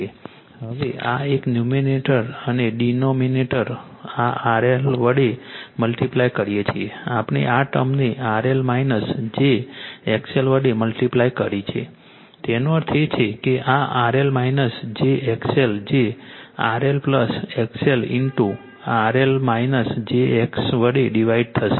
તેથી હવે આ એક ન્યૂમરેટર અને ડિનોમિનેટર આ RL વડે મલ્ટીપ્લાય કરીએ છીએ આપણે આ ટર્મને RL j XL વડે મલ્ટીપ્લાય કરીએ છીએ તેનો અર્થ એ છે કે આ RL j XL જે RL XL into RL j X વડે ડિવાઇડ થશે